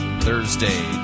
Thursday